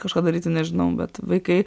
kažką daryti nežinau bet vaikai